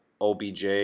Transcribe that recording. OBJ